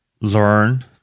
learn